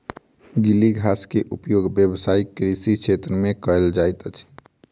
गीली घास के उपयोग व्यावसायिक कृषि क्षेत्र में कयल जाइत अछि